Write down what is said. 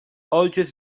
ojciec